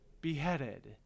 beheaded